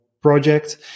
project